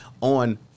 on